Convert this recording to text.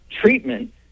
treatment